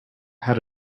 had